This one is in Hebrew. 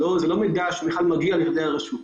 זה לא מידע שבכלל מגיע לידי הרשות,